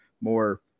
more